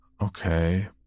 Okay